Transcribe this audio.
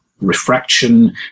refraction